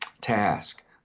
task